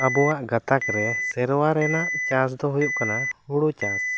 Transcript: ᱟᱵᱚᱣᱟᱜ ᱜᱟᱛᱟᱠ ᱨᱮ ᱥᱮᱨᱣᱟ ᱨᱮᱱᱟᱜ ᱪᱟᱥ ᱫᱚ ᱦᱩᱭᱩᱜ ᱠᱟᱱᱟ ᱦᱳᱲᱳ ᱪᱟᱥ